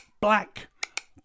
black